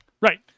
Right